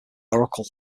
oracle